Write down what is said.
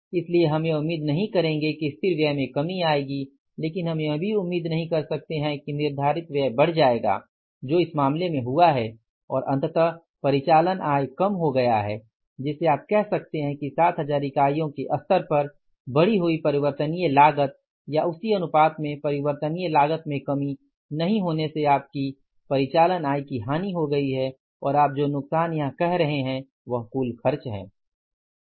इसलिए हम यह उम्मीद नहीं करेंगे कि स्थिर व्यय में कमी आएगी लेकिन हम यह भी उम्मीद नहीं कर सकते हैं कि निर्धारित व्यय बढ़ जाएगा जो इस मामले में हुआ है और अंततः परिचालन आय कम हो गया है जिसे आप कह सकते हैं कि 7000 इकाइयों के स्तर पर बढ़ी हुई परिवर्तनीय लागत या उसी अनुपात में परिवर्तनीय लागत में कमी नहीं होने से आपकी परिचालन आय की हानि हो गई है और आप जो नुकसान यहां कह रहे हैं वह कुल खर्च है